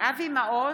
אבי מעוז,